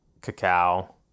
cacao